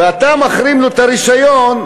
ואתה מחרים לו את הרישיון,